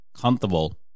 comfortable